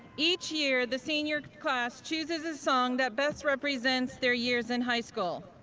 each year, the senior class chooses a song that best represents their years in high school.